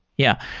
yeah.